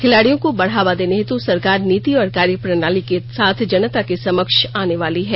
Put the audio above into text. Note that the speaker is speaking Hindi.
खिलाड़ियों को बढ़ावा देने हेतु सरकार नीति और कार्यप्रणाली के साथ जनता के समक्ष आने वाली है